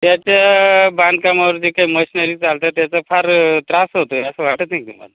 त्याच्या बांधकामावर जे काही मशनरी चालतं त्याचा फार त्रास होतो आहे असं वाटतं आहे तुम्हाला